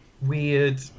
Weird